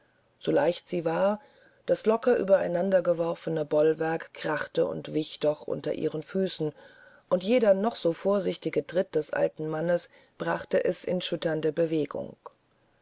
so leicht sie war das locker übereinander geworfene bollwerk krachte und wich doch unter ihren füßen und jeder noch so vorsichtige tritt des alten mannes brachte es in schütternde bewegung